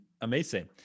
amazing